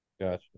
Gotcha